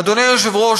אדוני היושב-ראש,